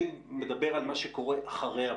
אני מדבר על מה שקורה אחרי הבדיקה.